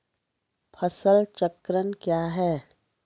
फसल चक्रण कया हैं?